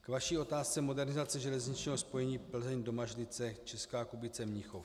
K vaší otázce modernizace železničního spojení Plzeň Domažlice Česká Kubice Mnichov.